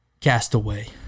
Castaway